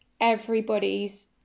everybody's